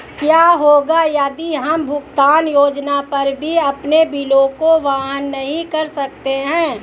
क्या होगा यदि हम भुगतान योजना पर भी अपने बिलों को वहन नहीं कर सकते हैं?